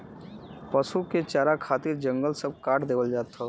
पसु के चारा खातिर जंगल सब काट देवल जात हौ